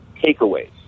Takeaways